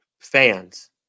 fans